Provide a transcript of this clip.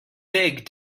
big